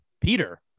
peter